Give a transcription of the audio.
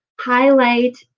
Highlight